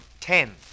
ten